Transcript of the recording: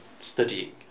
studying